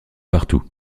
partout